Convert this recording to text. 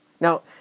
Now